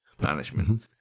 management